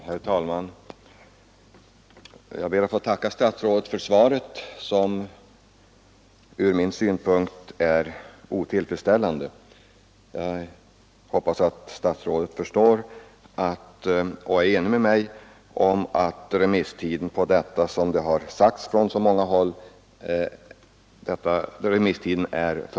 Herr talman! Jag ber att få tacka statsrådet för svaret. Det var tyvärr från min synpunkt otillfredsställande. Jag hoppas att statsrådet förstår och håller med mig om att remisstiden, såsom det har framhållits från många håll, är alltför kort.